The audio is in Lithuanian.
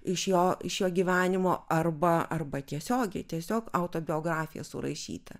iš jo iš jo gyvenimo arba arba tiesiogiai tiesiog autobiografija surašyta